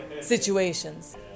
situations